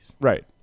Right